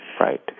Right